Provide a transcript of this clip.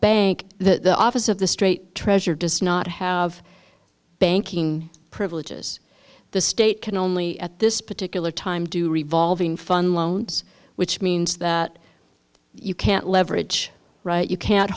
that the office of the straight treasurer does not have banking privileges the state can only at this particular time do revolving fun loans which means that you can't leverage right you can't